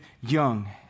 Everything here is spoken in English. young